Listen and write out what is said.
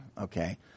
okay